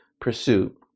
pursuit